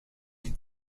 die